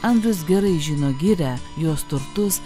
andrius gerai žino girią jos turtus